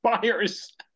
Buyers